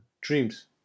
Dreams